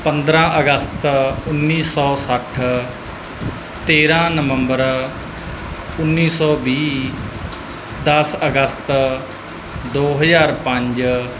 ਪੰਦਰਾਂ ਅਗਸਤ ਉੱਨੀ ਸੌ ਸੱਠ ਤੇਰ੍ਹਾਂ ਨਵੰਬਰ ਉੱਨੀ ਸੌ ਵੀਹ ਦਸ ਅਗਸਤ ਦੋ ਹਜ਼ਾਰ ਪੰਜ